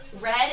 red